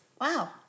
Wow